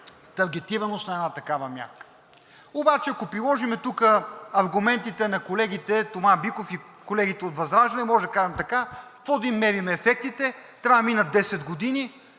таргетираност на една такава мярка. Обаче, ако приложим тук аргументите на колегите Тома Биков и колегите от ВЪЗРАЖДАНЕ, можем да кажем така – какво да им мерим ефектите, трябва да минат 10 години,